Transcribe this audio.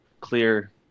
clear